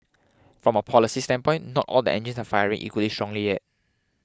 from a policy standpoint not all the engines are firing equally strongly yet